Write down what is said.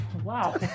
Wow